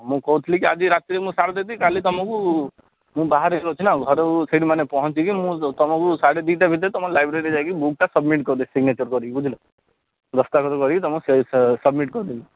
ମୁଁ କହୁଥିଲି କି ଆଜି ରାତିରେ ମୁଁ ସାରିଦେବି କାଲି ତମକୁ ମୁଁ ଅଛି ନା ଘରୁ ସେଇଠି ମାନେ ପହଞ୍ଚିକି ମୁଁ ତମକୁ ସାଢ଼େ ଦୁଇଟା ଭିତରେ ତମ ଲାଇବ୍ରେରୀରେ ଯାଇକି ବୁକ୍ଟା ସବମିଟ୍ କରିଦେବି ସିଗ୍ନେଚର୍ କରିକି ବୁଝିଲ ଦସ୍ତଖତ କରିକି ତମକୁ ସବମିଟ୍ କରିଦେବି